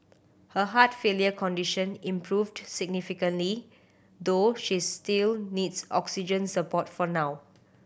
her heart failure condition improved significantly though she still needs oxygen support for now